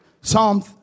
Psalm